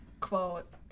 quote